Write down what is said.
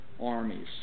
armies